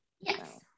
Yes